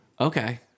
Okay